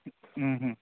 ಹ್ಞೂ ಹ್ಞೂ